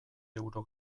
euro